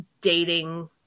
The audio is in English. dating